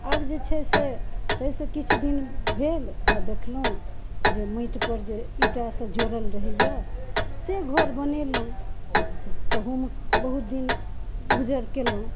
आब जे छै से तहि सँ किछु दिन भेल तऽ देखलहुॅं जे माटि पर जे ईंटा सँ जोड़ल रहैया से घर बनेलहुॅं तहुमे बहुत दिन गुजर केलहुॅं